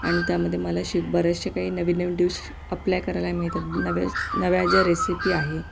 आणि त्यामध्ये मला शि बरेचशे काही नवीन नवीन डिश अप्लाय करायला मिळतात नव्यास् नव्या ज्या रेसिपी आहे